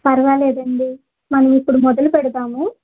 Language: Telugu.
పర్వాలేదండి మనం ఇప్పుడు మొదలు పెడతాము